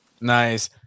Nice